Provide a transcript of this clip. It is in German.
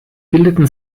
bildeten